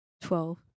Twelve